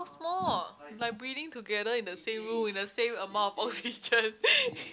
how small like breathing together in the same room with the same amount of oxygen